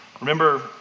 Remember